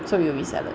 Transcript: so it will be salad